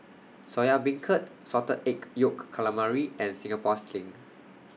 Soya Beancurd Salted Egg Yolk Calamari and Singapore Sling